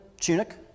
tunic